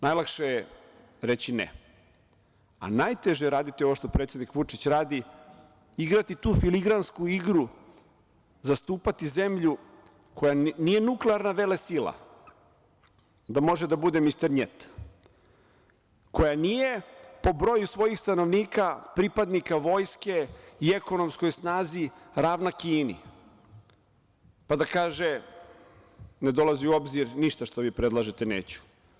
Najlakše je reći ne, a najteže je raditi ovo što predsednik Vučić radi – igrati tu filigransku igru, zastupati zemlju koja nije nuklearna velesila da može da bude „Mister njet“, koja nije po broju svojih stanovnika, pripadnika vojske i ekonomskoj snazi ravna Kini pa da kaže – ne dolazi u obzir, ništa što vi predlažete neću.